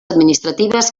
administratives